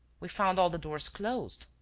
we found all the doors closed.